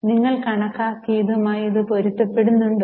നിങ്ങൾ കണക്കാക്കിയതുമായി ഇത് പൊരുത്തപ്പെടുന്നുണ്ടോ